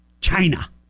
China